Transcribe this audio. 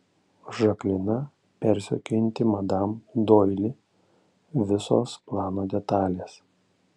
žaklina persekiojanti madam doili visos plano detalės